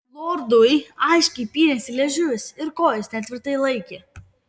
lordui aiškiai pynėsi liežuvis ir kojos netvirtai laikė